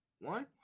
One